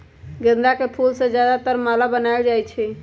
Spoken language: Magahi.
गेंदा के फूल से ज्यादातर माला बनाएल जाई छई